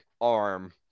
arm